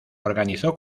organizó